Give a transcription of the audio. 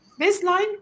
Baseline